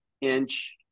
inch